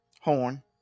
horn